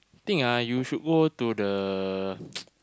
I think ah you should walk to the